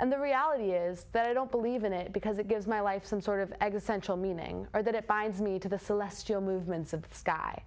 and the reality is that i don't believe in it because it gives my life some sort of egg essential meaning or that it finds me to the celestial movements of the sky